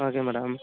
okay madam